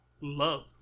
love